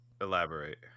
Elaborate